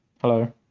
Hello